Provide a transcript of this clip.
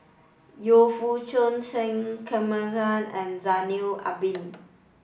Yu Foo Shoon K and Zainal Abidin